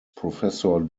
professor